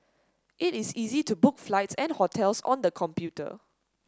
it is easy to book flights and hotels on the computer